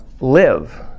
live